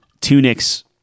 Tunic's